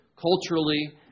culturally